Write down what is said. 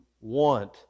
want